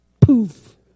Poof